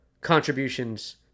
contributions